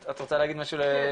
את רוצה להגיד משהו לסיכום?